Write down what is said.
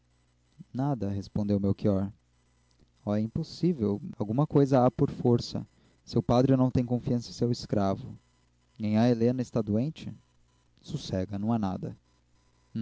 nada respondeu melchior oh é impossível alguma coisa há por força seu padre não tem confiança em seu escravo nhanhã helena está doente sossega não há nada